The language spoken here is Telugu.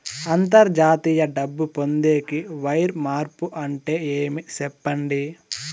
అంతర్జాతీయ డబ్బు పొందేకి, వైర్ మార్పు అంటే ఏమి? సెప్పండి?